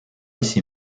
ici